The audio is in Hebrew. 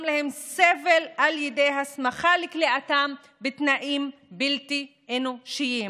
להם סבל על ידי הסכמה לכליאתם בתנאים בלתי אנושיים.